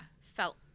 felt